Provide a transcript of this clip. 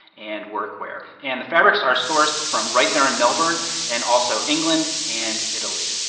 and workwear. and the fabrics are sourced from right there in melbourne and also england and italy.